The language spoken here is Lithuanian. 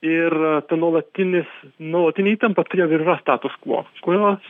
ir nuolatinis nuolatinė įtampa todėl ir yra status kvo kurios